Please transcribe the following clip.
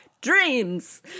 dreams